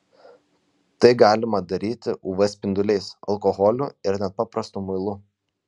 tai galima daryti uv spinduliais alkoholiu ir net paprastu muilu